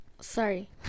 Sorry